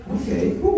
Okay